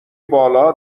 بالا